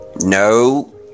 No